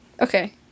Okay